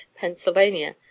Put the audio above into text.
Pennsylvania